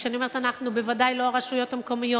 וכשאני אומרת "אנחנו" בוודאי לא הרשויות המקומיות,